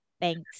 Thanks